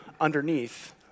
underneath